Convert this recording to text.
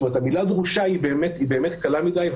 המילה דרושה באמת קלה מדי,